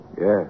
Yes